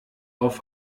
auf